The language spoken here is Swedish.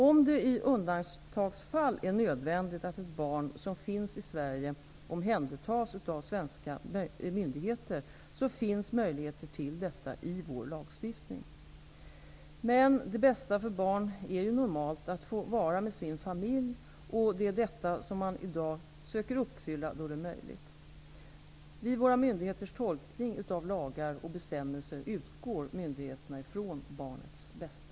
Om det i undantagsfall är nödvändigt att ett barn som finns i Sverige omhändertas av svenska myndigheter finns möjligheter till detta i vår lagstiftning. Men det bästa för barn är ju normalt att få vara med sin familj, och det är detta som man i dag söker uppfylla då det är möjligt. Vid våra myndigheters tolkning av lagar och bestämmelser utgår myndigheterna från barnets bästa.